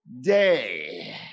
day